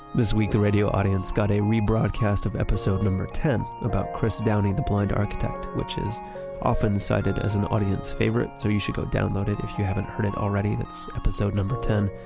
this week, the radio audience got a rebroadcast of episode number ten about chris downey the blind architect, which is often cited as an audience favorite. so you should go download it if you haven't heard it already. it's episode number ten,